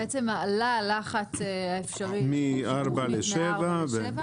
בעצם עלה הלחץ האפשרי מ-4 ל-7.